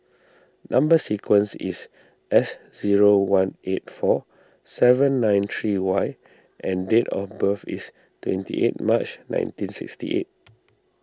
Number Sequence is S zero one eight four seven nine three Y and date of birth is twenty eight March nineteen sixty eight